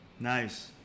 Nice